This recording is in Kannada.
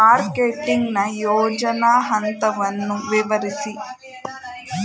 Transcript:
ಮಾರ್ಕೆಟಿಂಗ್ ನ ಯೋಜನಾ ಹಂತವನ್ನು ವಿವರಿಸಿ?